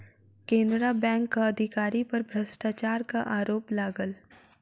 केनरा बैंकक अधिकारी पर भ्रष्टाचारक आरोप लागल